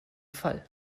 fall